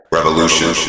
Revolution